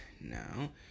now